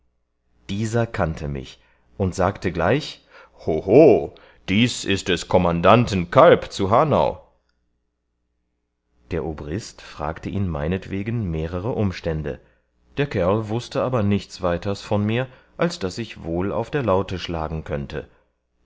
dieser kannte mich und sagte gleich hoho dies ist des kommandanten kalb zu hanau der obrist fragte ihn meinetwegen mehrere umstände der kerl wußte aber nichts weiters von mir als daß ich wohl auf der laute schlagen könnte